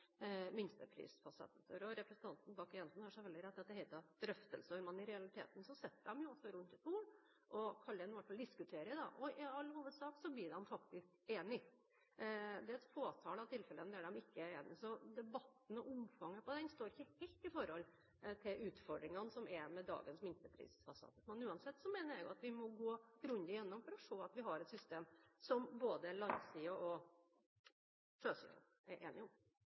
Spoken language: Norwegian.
og representanten Bakke-Jensen har selvfølgelig rett i at det heter «drøftelser». I realiteten sitter de jo rundt et bord og diskuterer – det kan man i hvert fall kalle det – og i all hovedsak blir de faktisk enige. Det er et fåtall av tilfellene der de ikke blir enige. Så debatten og omfanget av den står ikke helt i forhold til utfordringene som er med dagens minsteprisfastsettelser. Men uansett mener jeg at vi må gå grundig igjennom det for å se at vi har et system som både landsiden og sjøsiden er enige om.